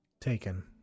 taken